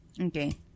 Okay